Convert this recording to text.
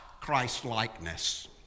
Christ-likeness